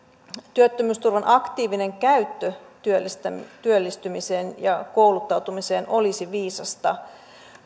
työttömyysturvan aktiivinen käyttö työllistymiseen työllistymiseen ja kouluttautumiseen olisi viisasta